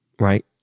Right